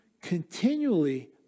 continually